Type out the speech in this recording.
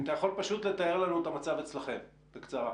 אם אתה יכול פשוט לתאר לנו את המצב אצלכם בקצרה.